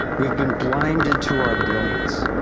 we've been blinded to our brilliance,